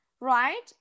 right